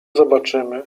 zobaczymy